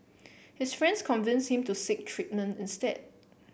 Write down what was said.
his friends convince him to seek treatment instead